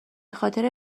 خاطر